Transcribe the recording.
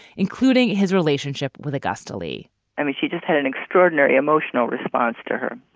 including his relationship with a ghastly i mean, she just had an extraordinary emotional response to her.